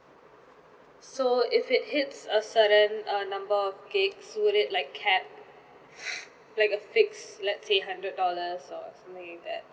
so if it hits a certain uh number of gigs would it like cap like a fixed let's say hundred dollars or something like that or